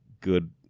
good